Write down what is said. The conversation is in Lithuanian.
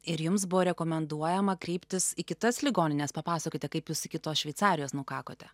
ir jums buvo rekomenduojama kreiptis į kitas ligonines papasakote kaip jūs iki tos šveicarijos nukakote